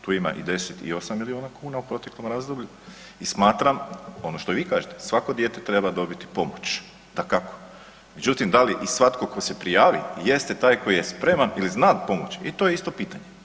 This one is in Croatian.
Tu ima i 10 i 8 milijuna kuna u proteklom razdoblju i smatram ono što vi kažete, svako dijete treba dobiti pomoć dakako, međutim da li i svatko tko se prijavi jeste taj koji je spreman ili zna pomoći i to je isto pitanje.